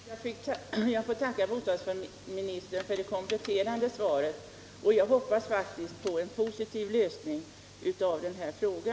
Herr talman! Jag får tacka bostadsministern för det kompletterande svaret. Jag hoppas faktiskt på en positiv lösning av denna fråga.